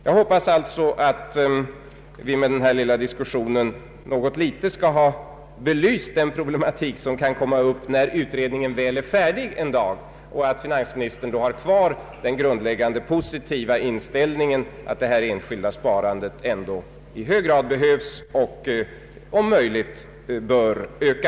Jag hoppas att vi med denna lilla diskussion i någon mån skall ha belyst den problematik som kan komma upp när väl utredningen en dag är färdig och att finansministern då har kvar den grundläggande positiva inställningen att det enskilda sparandet ändå i hög grad behövs och om möjligt bör öka.